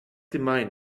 gemein